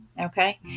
Okay